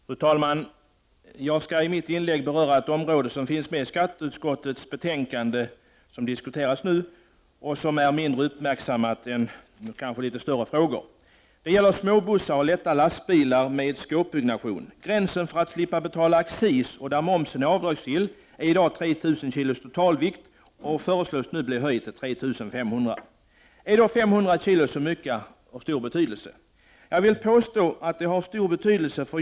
Fru talman! Jag skall i mitt inlägg beröra en fråga i skatteutskottets betänkande 10 som kanske har fått litet mindre uppmärksamhet. Det gäller småbussar och lätta lastbilar med skåpbyggnation. Gränsen för att slippa betala accis och där momsen är avdragsgill går i dag vid en totalvikt av 3000 kg. Denna föreslås bli höjd till 3 500 kg. Har då 500 kg så stor betydelse? Ja, jag vill påstå att det har stor betydelse.